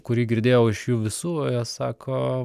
kurį girdėjau iš jų visų jie sako